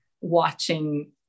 watching